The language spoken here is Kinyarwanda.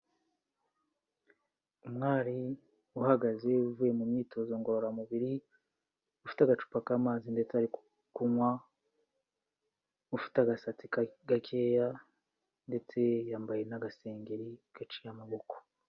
Umwari uhagaze uvuye mu myitozo ngororamubiri, ufite agacupa k'amazi ndetse ari kunywa, ufite agasatsi gakeya ndetse yambaye n'agasengeri gaciye amaboko.